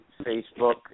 Facebook